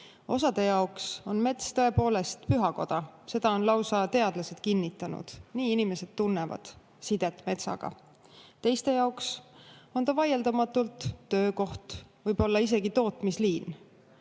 Mõne jaoks on mets tõepoolest pühakoda, seda on lausa teadlased kinnitanud, nii inimesed tunnevad – sidet metsaga. Teiste jaoks on ta vaieldamatult töökoht, võib-olla isegi tootmisliin.